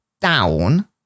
down